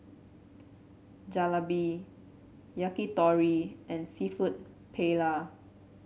Jalebi Yakitori and seafood Paella